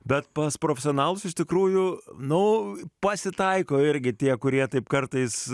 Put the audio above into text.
bet pas profesionalus iš tikrųjų nu pasitaiko irgi tie kurie taip kartais